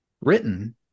Written